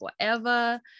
forever